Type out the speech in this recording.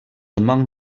among